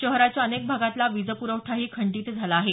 शहराच्या अनेक भागातला वीजपुखठाही खंडित झाला आहे